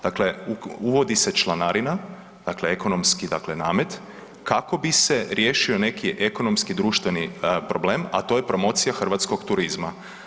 Dakle, uvodi se članarina, dakle ekonomski dakle namet, kako bi se riješio neki ekonomski društveni problem, a to je promocija hrvatskog turizma.